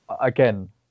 again